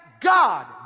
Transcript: God